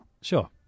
Sure